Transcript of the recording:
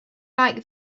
like